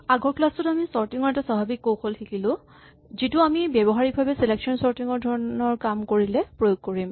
আগৰ ক্লাচ টোত আমি চৰ্টিং ৰ এটা স্বাভাৱিক কৌশল শিকিলো যিটো আমি ব্যৱহাৰিকভাৱে চিলেকচন চৰ্টিং ধৰণৰ কাম কৰিলে প্ৰয়োগ কৰিম